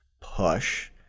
push